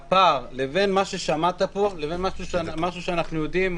מהפער בין מה ששמעת כאן לבין מה שאנחנו יודעים,